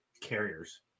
carriers